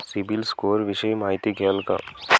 CIBIL score विषयी माहिती द्याल का?